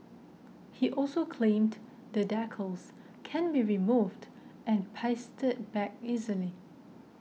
he also claimed the decals can be removed and pasted back easily